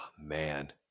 man